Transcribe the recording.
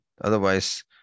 Otherwise